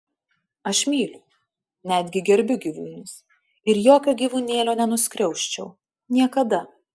aš myliu netgi gerbiu gyvūnus ir jokio gyvūnėlio nenuskriausčiau niekada